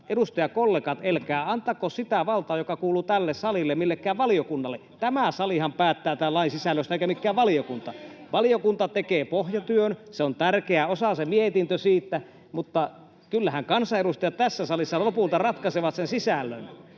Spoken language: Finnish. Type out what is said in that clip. edustajakollegat, älkää antako sitä valtaa, joka kuuluu tälle salille, millekään valiokunnalle. Tämä salihan päättää tämän lain sisällöstä eikä mikään valiokunta. Valiokunta tekee pohjatyön, se mietintö on tärkeä osa siitä, mutta kyllähän kansanedustajat tässä salissa lopulta ratkaisevat sen sisällön.